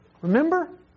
Remember